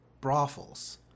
brothels